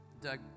Doug